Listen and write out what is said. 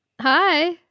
Hi